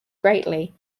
greatly